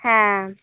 ᱦᱮᱸ